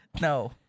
No